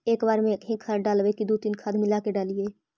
एक बार मे एकही खाद डालबय की दू तीन गो खाद मिला के डालीय?